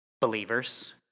Believers